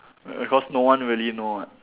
because no one really know [what]